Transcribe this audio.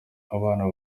abana